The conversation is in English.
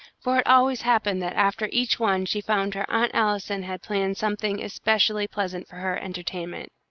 for it always happened that after each one she found her aunt allison had planned something especially pleasant for her entertainment.